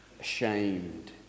ashamed